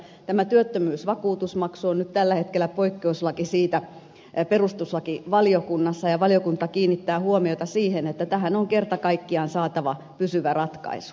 tämä työttömyysvakuutusmaksu on nyt tällä hetkellä poikkeuslaki siitä perustuslakivaliokunnassa ja valiokunta kiinnittää huomiota siihen että tähän on kerta kaikkiaan saatava pysyvä ratkaisu